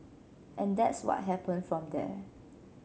and that's what happened from there